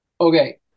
Okay